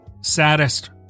saddest